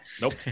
Nope